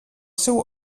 seu